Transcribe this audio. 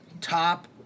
Top